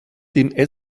dem